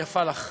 היא יפה לך.